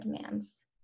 demands